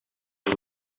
y’u